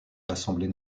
l’assemblée